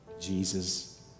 Jesus